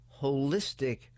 holistic